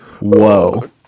whoa